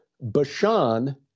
Bashan